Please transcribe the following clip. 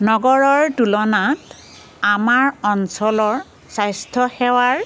নগৰৰ তুলনাত আমাৰ অঞ্চলৰ স্বাস্থ্য সেৱাৰ